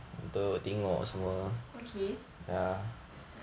okay